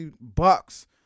Bucks